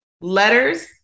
letters